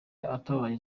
atabaye